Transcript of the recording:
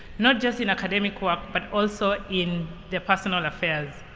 not just in academic work, but also in their personal affairs.